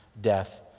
death